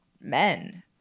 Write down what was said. men